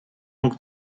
mógł